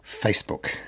Facebook